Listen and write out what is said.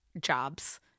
jobs